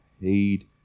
heed